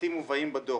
והפרטים מובאים בדו"ח.